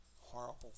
horrible